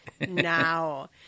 Now